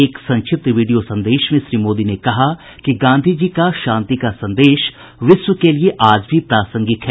एक संक्षिप्त वीडियो संदेश में श्री मोदी ने कहा कि गांधीजी का शांति का संदेश विश्व के लिए आज भी प्रासंगिक है